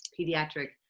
pediatric